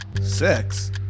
sex